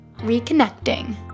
Reconnecting